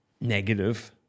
negative